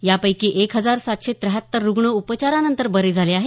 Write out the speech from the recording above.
यापैकी एक हजार सातशे त्याहत्तर रुग्ण उपचारानंतर बरे झाले आहेत